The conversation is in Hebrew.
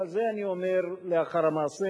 אבל את זה אני אומר לאחר מעשה.